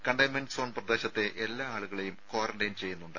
containment zone പ്രദേശത്തെ എല്ലാ ആളുകളെയും ക്വാറന്റൈൻ ചെയ്യുന്നുണ്ട്